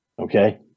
Okay